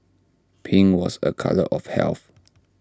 pink was A colour of health